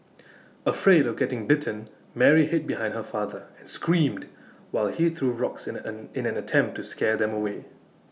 afraid of getting bitten Mary hid behind her father and screamed while he threw rocks and an in an attempt to scare them away